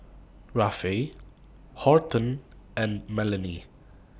Rafe Horton and Melany